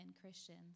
Christians